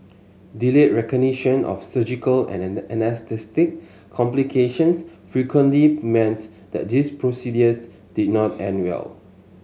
delayed recognition of surgical and anaesthetic complications frequently meant that these procedures did not end well